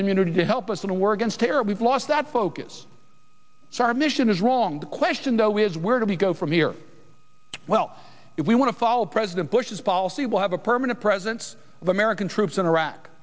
community to help us in a war against terror we've lost that focus our mission is wrong the question though is where do we go from here well if we want to follow president bush's policy will have a permanent presence of american troops in iraq